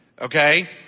okay